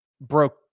broke